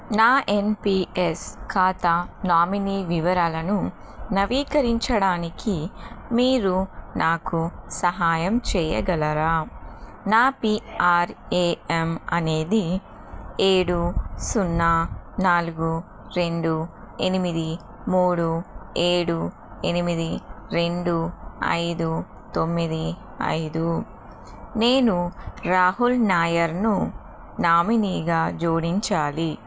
నా ఎన్పీఎస్ ఖాతా నామినీ వివరాలను నవీకరించడానికి మీరు నాకు సహాయం చెయ్యగలరా నా పీఆర్ఏఎమ్ అనేది ఏడు సున్నా నాలుగు రెండు ఎనిమిది మూడు ఏడు ఎనిమిది రెండు ఐదు తొమ్మిది ఐదు నేను రాహుల్ నాయర్ను నామినీగా జోడించాలి